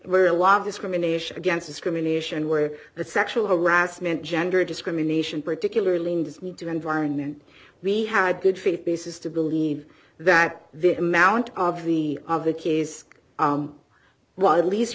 where a lot of discrimination against discrimination where the sexual harassment gender discrimination particularly in this need to environment we had good faith basis to believe that this amount of the other case was a leas